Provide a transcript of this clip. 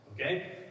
okay